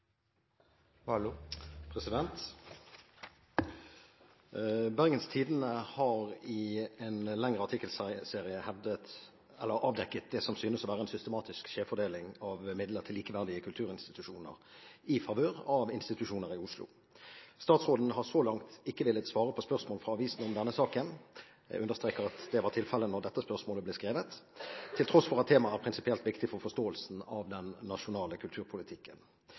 har i en lengre artikkelserie avdekket det som synes å være en systematisk skjevfordeling av midler til likeverdige kulturinstitusjoner i favør av institusjoner i Oslo. Statsråden har så langt ikke villet svare på spørsmål fra avisen om denne saken, til tross for at temaet er prinsipielt viktig for forståelsen av den nasjonale kulturpolitikken.